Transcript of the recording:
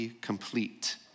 complete